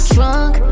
Drunk